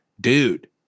Dude